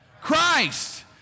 Christ